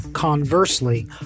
Conversely